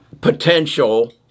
potential